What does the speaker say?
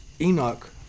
Enoch